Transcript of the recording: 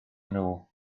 nhw